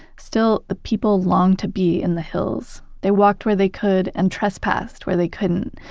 still, the people longed to be in the hills. they walked where they could, and trespassed where they couldn't.